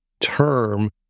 term